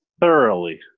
Thoroughly